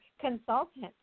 consultant